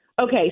okay